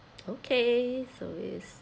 okay so is